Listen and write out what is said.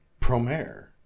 Promare